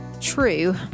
true